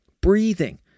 Breathing